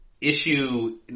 issue